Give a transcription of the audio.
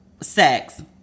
sex